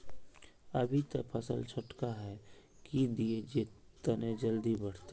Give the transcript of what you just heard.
अभी ते फसल छोटका है की दिये जे तने जल्दी बढ़ते?